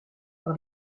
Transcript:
par